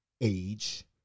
age